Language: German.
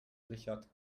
richard